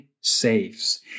saves